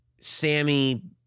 Sammy